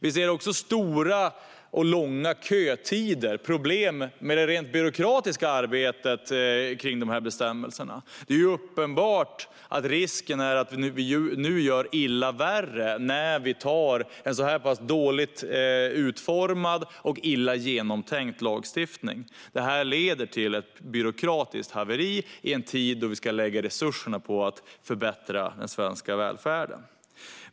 Vi ser också långa kötider och problem med det rent byråkratiska arbetet kring de här bestämmelserna. Det är uppenbart att risken är att vi nu gör illa värre när vi antar en så här pass dåligt utformad och illa genomtänkt lagstiftning. Det här leder till ett byråkratiskt haveri i en tid då vi ska lägga resurserna på att förbättra den svenska välfärden.